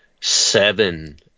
seven